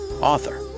author